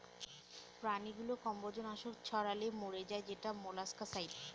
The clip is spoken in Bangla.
প্রাণীগুলো কম্বজ নাশক ছড়ালে মরে যায় সেটা মোলাস্কাসাইড